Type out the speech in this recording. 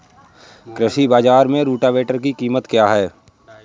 कृषि बाजार में रोटावेटर की कीमत क्या है?